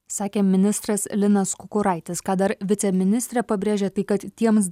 sakė ministras linas kukuraitis ką dar viceministrė pabrėžė tai kad tiems